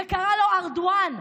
וקרא לו "ארדואן",